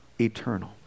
eternal